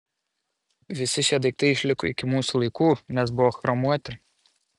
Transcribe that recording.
visi šie daiktai išliko iki mūsų laikų nes buvo chromuoti